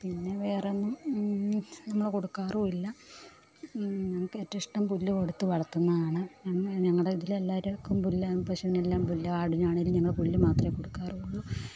പിന്നെ വേറെ ഒന്നും നമ്മൾ കൊടുക്കാറുമില്ല ഞങ്ങൾക്ക് ഏറ്റവും ഇഷ്ടം പുല്ല് കൊടുത്ത് വളത്തുന്നതാണ് ഞങ്ങളുടെ ഇതിലെ എല്ലാവർക്കും പുല്ലാണ് പശുവിനെ എല്ലാം പുല്ലാണ് ആടിനാണെങ്കിലും ഞങ്ങൾ പുല്ല് മാത്രമേ കൊടുക്കാറുള്ളു